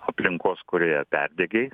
aplinkos kurioje perdegei